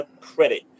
credit